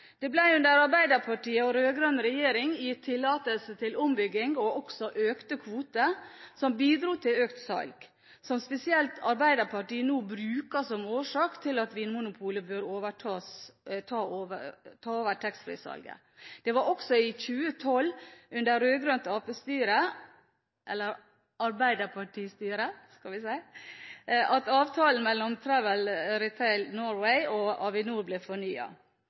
Det ble under Arbeiderpartiet og rød-grønn regjering gitt tillatelse til ombygging og også økte kvoter. Det bidro til økt salg, noe spesielt Arbeiderpartiet nå bruker som årsak til at Vinmonopolet bør ta over taxfree-salget. Det var også i 2012, under rød-grønt styre – eller Arbeiderparti-styre – at avtalen mellom Travel Retail Norway og Avinor